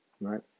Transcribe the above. Right